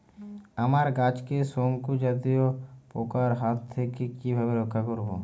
আমার গাছকে শঙ্কু জাতীয় পোকার হাত থেকে কিভাবে রক্ষা করব?